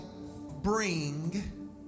bring